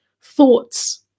thoughts